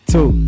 Two